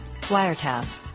wiretap